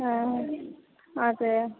ओह् ते ऐ